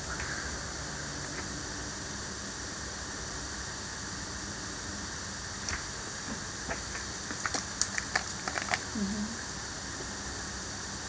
(uh huh)